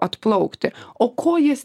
atplaukti o ko jis